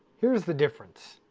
here's the difference.